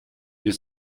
ihr